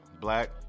black